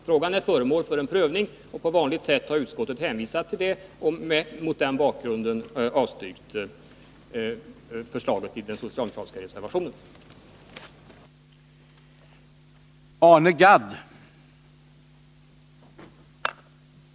Frågan är föremål för prövning, och på vanligt sätt har utskottet hänvisat till detta samt mot den bakgrunden avstyrkt förslaget i den socialdemokratiska motionen, som följts upp i reservationen på denna punkt.